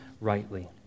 rightly